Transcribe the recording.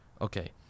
Okay